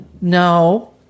No